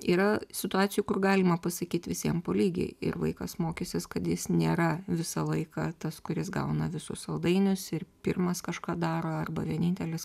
yra situacijų kur galima pasakyt visiems po lygiai ir vaikas mokysis kad jis nėra visą laiką tas kuris gauna visus saldainius ir pirmas kažką daro arba vienintelis